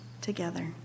together